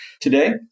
today